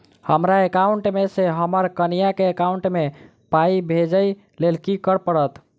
हमरा एकाउंट मे सऽ हम्मर कनिया केँ एकाउंट मै पाई भेजइ लेल की करऽ पड़त?